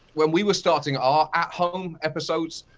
when we were starting our at home episodes,